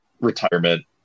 retirement